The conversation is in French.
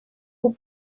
pour